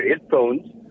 headphones